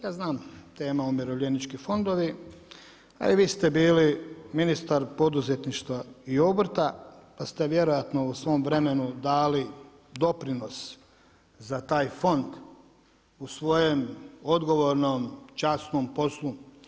Ja znam tema Umirovljenički fondovi, a i vi ste bili ministar poduzetništva i obrta pa ste vjerojatno u svom vremenu dali doprinos za taj fond u svojem odgovornom, časnom poslu.